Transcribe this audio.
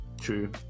True